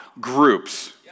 groups